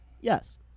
Yes